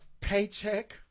Paycheck